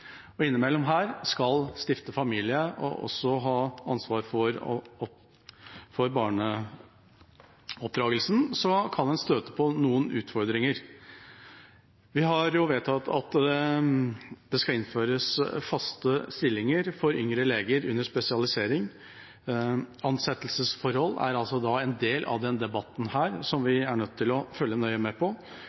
en innimellom dette skal stifte familie og ha ansvaret for barneoppdragelse, kan en støte på noen utfordringer. Vi har vedtatt at det skal innføres faste stillinger for yngre leger under spesialisering. Ansettelsesforhold er altså da en del av denne debatten som vi er nødt til å følge nøye med på,